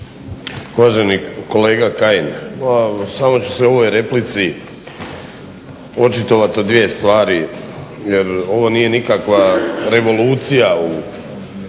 Uvaženi kolega Kajin samo ću se u ovoj replici očitovati u dvije stvari jer ovo nije nikakva revolucija u